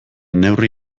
neurri